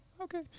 okay